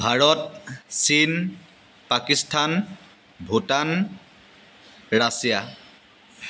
ভাৰত চীন পাকিস্তান ভূটান ৰাছিয়া